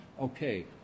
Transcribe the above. Okay